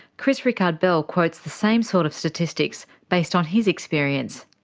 chris rikard-bell quotes the same sort of statistics, based on his experience.